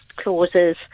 clauses